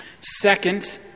Second